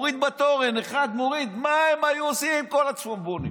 אחד מוריד בתורן מה היו עושים כל הצפונבונים